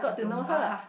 zumba